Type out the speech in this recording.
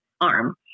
arm